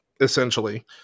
essentially